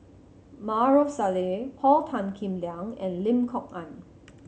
Maarof Salleh Paul Tan Kim Liang and Lim Kok Ann